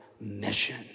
mission